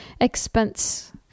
expense